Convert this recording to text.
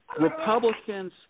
Republicans